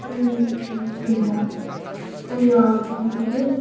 ए हुन्छ ए हजुर